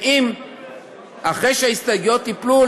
אחרי שההסתייגויות ייפלו,